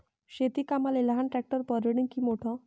शेती कामाले लहान ट्रॅक्टर परवडीनं की मोठं?